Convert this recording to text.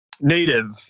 native